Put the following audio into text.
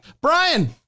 brian